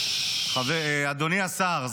אדוני השר,